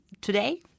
today